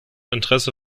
interesse